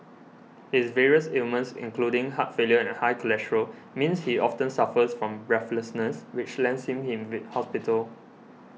his various ailments including heart failure and high cholesterol means he often suffers from breathlessness which lands him in V hospital